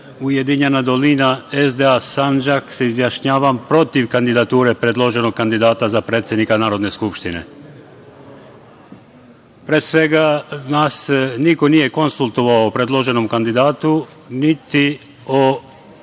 Ujedinjena Dolina i SDA Sandžak, se izjašnjavam protiv kandidature predloženog kandidata za predsednika Narodne skupštine. Pre svega, nas niko nije konsultovao o predloženom kandidatu, niti o